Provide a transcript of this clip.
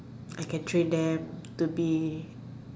I can train them to be